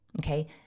okay